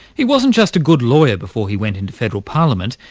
he wasn't just a good lawyer before he went into federal parliament,